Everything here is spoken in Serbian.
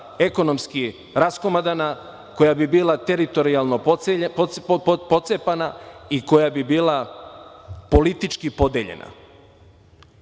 ekonomski raskomadana, koja bi bila teritorijalno pocepana i koja bi bila politički podeljena.